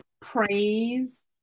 praise